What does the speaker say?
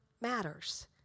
matters